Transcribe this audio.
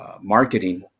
marketing